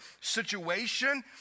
situation